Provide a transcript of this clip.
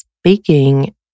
speaking